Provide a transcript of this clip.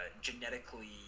genetically